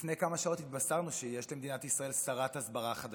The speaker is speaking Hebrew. לפני כמה שעות התבשרנו שיש למדינת ישראל שרת הסברה חדשה.